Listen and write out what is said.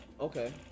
Okay